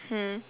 mm